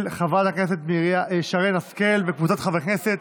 של חברת הכנסת שרן השכל וקבוצת חברי הכנסת.